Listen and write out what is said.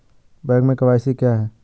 Bank में KYC क्या है?